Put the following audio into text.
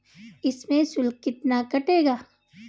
इसमें शुल्क कितना कटेगा?